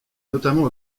notamment